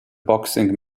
boxing